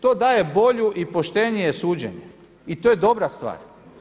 To daje bolju i poštenije suđenje i to je dobra stvar.